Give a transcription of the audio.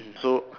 so